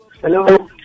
Hello